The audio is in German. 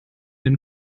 den